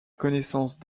connaissance